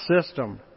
system